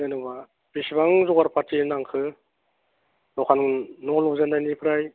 जेन'बा बेसेबां जगारपाति नांखो दखान न' लुजेननायनिफ्राय